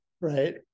Right